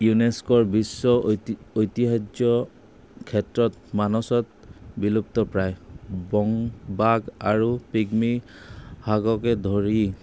ইউনেস্কৰ বিশ্ব ঐতি ঐতিহাজ্য ক্ষেত্ৰত মানসত বিলুপ্ত প্ৰায় বংবাগ আৰু পিগমি সাগকে ধৰি